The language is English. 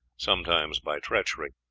sometimes by treachery.